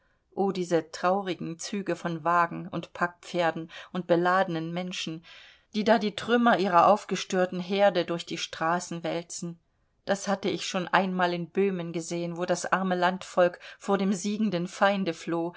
o diese traurigen züge von wagen und packpferden und beladenen menschen die da die trümmer ihrer aufgestörten herde durch die straßen wälzen das hatte ich schon einmal in böhmen gesehen wo das arme landvolk vor dem siegenden feinde floh